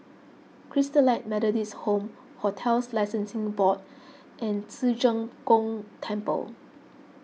Christalite Methodist Home Hotels Licensing Board and Ci Zheng Gong Temple